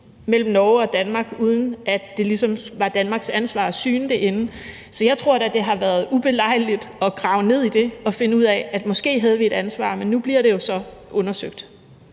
mellem Norge og Danmark, uden at det ligesom var Danmarks ansvar at syne det inden. Så jeg tror da, det har været ubelejligt at skulle grave ned i det og finde ud af, at vi måske havde et ansvar. Men nu bliver det jo så undersøgt.